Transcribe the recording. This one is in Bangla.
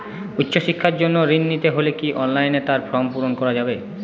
উচ্চশিক্ষার জন্য ঋণ নিতে হলে কি অনলাইনে তার ফর্ম পূরণ করা যাবে?